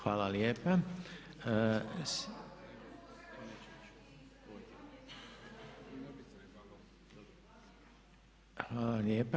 Hvala lijepa. … [[Upadica se ne čuje.]] Hvala lijepa.